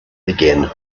again